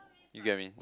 you get what I mean